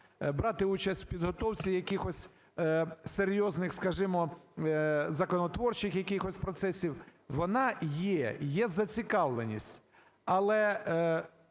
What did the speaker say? брати участь в підготовці якихось серйозних, скажімо, законотворчих якихось процесів, вона є, є зацікавленість.